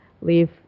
leave